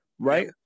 right